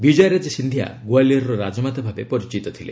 ବିଜୟାରାଜେ ସିନ୍ଧିଆ ଗୋଆଲିଅରର ରାଜମାତା ଭାବେ ପରିଚିତ ଥିଲେ